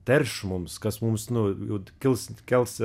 terš mums kas mums nau kils kels